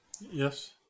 Yes